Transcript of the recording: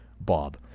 Bob